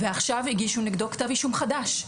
ועכשיו הגישו נגדו כתב אישום חדש.